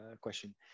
question